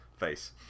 face